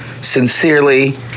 Sincerely